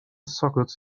sockets